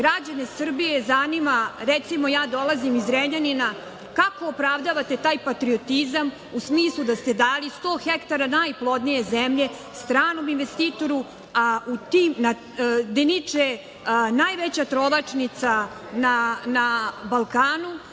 zanima. Građane Srbije zanima, recimo, ja dolazim iz Zrenjanina, kako opravdavate taj patriotizam u smislu da ste dali 100 hektara najplodnije zemlje stranom investitoru, gde niče najveća trovačnica na Balkanu,